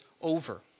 over